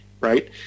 Right